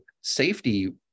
safety